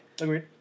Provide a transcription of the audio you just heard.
Agreed